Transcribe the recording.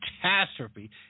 catastrophe